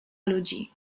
ludzi